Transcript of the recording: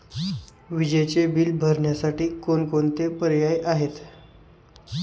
विजेचे बिल भरण्यासाठी कोणकोणते पर्याय आहेत?